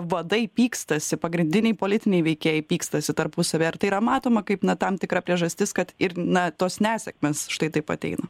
vadai pykstasi pagrindiniai politiniai veikėjai pykstasi tarpusavyje ar tai yra matoma kaip na tam tikra priežastis kad ir na tos nesėkmės štai taip ateina